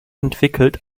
entwickelt